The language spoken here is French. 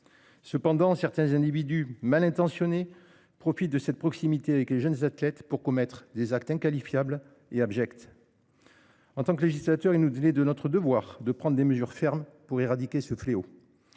Cependant certains individus mal intentionnés profitent de cette proximité avec les jeunes athlètes pour commettre des actes inqualifiable et abject. En tant que législateurs, il nous dit, il est de notre devoir de prendre des mesures fermes pour éradiquer ce fléau.